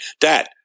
Dad